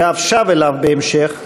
ואף שב אליו בהמשך,